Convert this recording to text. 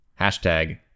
Hashtag